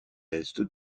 est